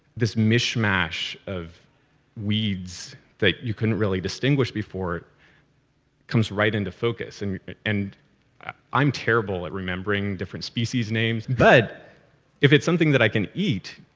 this mishmash of weeds that you couldn't really distinguish before comes right into focus. and and i'm terrible at remembering different species' names, but if it's something that i can eat,